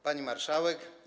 Pani Marszałek!